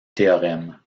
théorème